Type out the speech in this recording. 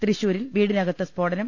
തൃശൂരിൽ വീടിനകത്ത് സ്ഫോടനം